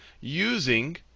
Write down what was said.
using